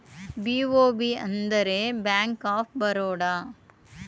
BOB ಅಂದರೆ Bank of Baroda